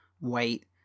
wait